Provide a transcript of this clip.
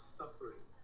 suffering